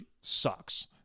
sucks